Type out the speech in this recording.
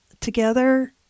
together